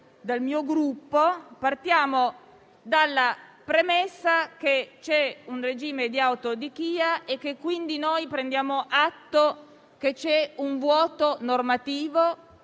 dal mio Gruppo - partiamo dalla premessa che c'è un regime di autodichia e che quindi prendiamo atto che c'è un vuoto normativo,